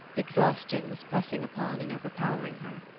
exhaustion was pressing upon and overpowering her.